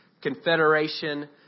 confederation